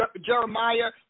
Jeremiah